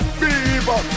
fever